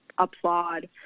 applaud